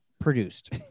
produced